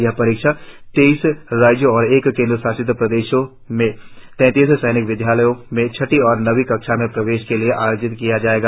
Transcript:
यह परीक्षा तेईस राज्यों और एक केंद्रशासित प्रदेश में तैंतीस सैनिक विद्यालयों में छठी और नवीं कक्षा में प्रवेश के लिए आयोजित होगी